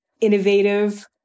innovative